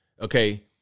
Okay